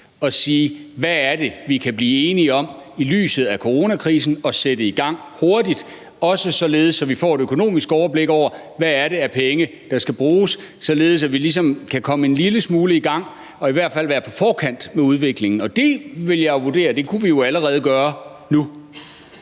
se på, hvad vi kan blive enige om i lyset af coronakrisen at sætte i gang hurtigt, og så vi kan få et økonomisk overblik over, hvor mange penge der skal bruges, således at vi ligesom kan komme en lille smule i gang og i hvert fald være på forkant med udviklingen? Det ville jeg jo vurdere at vi allerede kunne gøre nu.